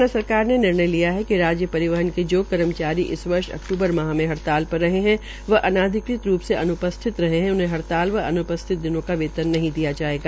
हरियाणा सरकार ने निर्णय लिया है कि राज्य परिवहन के जो कर्मचारी इस वर्ष अक्तूबर माह मे हड़ताल पर रहे है व अनाधिकृत रूपसे अन्पस्थित रहे है उन्हे हड़ताल व अनुपस्थित दिनों का वेतन नहीं दिया जायेगा